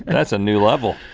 and that's a new level.